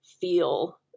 feel